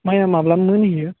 माइआ माब्ला मोनहैयो